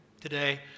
today